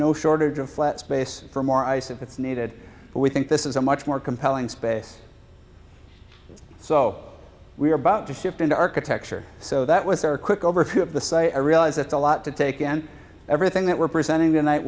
no shortage of flat space for more ice if it's needed but we think this is a much more compelling space so we're about to shift into architecture so that was our quick overview of the site i realize it's a lot to take in everything that we're presenting the night